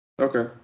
Okay